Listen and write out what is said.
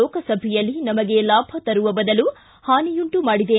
ಲೋಕಸಭೆಯಲ್ಲಿ ನಮಗೆ ಲಾಭ ತರುವ ಬದಲು ಪಾನಿಯುಂಟು ಮಾಡಿದೆ